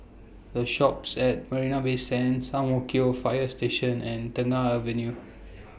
The Shoppes At Marina Bay Sands Ang Mo Kio Fire Station and Tengah Avenue